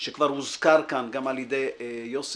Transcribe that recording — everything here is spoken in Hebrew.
שכבר הוזכר כאן גם על ידי יוסי,